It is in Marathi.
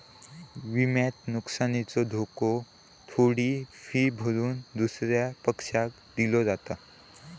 विम्यात नुकसानीचो धोको थोडी फी भरून दुसऱ्या पक्षाक दिलो जाता